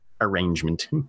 arrangement